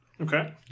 Okay